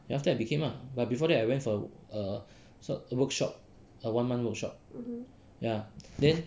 ya after that I became ah but before that I went for a workshop a one month workshop